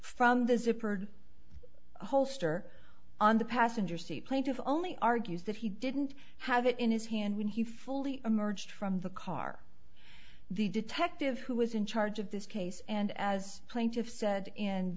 from the zippered holster on the passenger seat plaintive only argues that he didn't have it in his hand when he fully emerged from the car the detective who was in charge of this case and as plaintiff said and